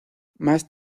más